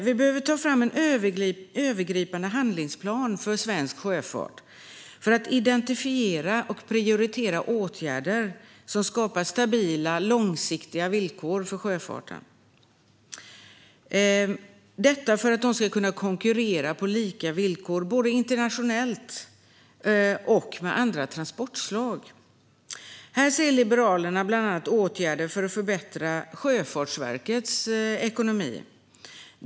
Vi behöver ta fram en övergripande handlingsplan för svensk sjöfart för att identifiera och prioritera åtgärder som skapar stabila, långsiktiga villkor för sjöfarten för att den ska kunna konkurrera på lika villkor både internationellt och med andra transportslag. Här ser Liberalerna bland annat åtgärder för att förbättra Sjöfartsverkets ekonomi.